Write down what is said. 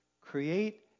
Create